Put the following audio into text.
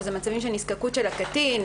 שזה מצבים של נזקקות הקטין,